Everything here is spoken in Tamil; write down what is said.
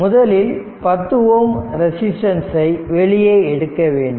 முதலில்10 Ω ரெசிஸ்டன்ஸ்சை வெளியே எடுக்க வேண்டும்